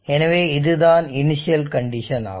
எனவே இதுதான் initial condition ஆகும்